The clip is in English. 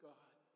God